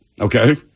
Okay